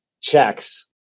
checks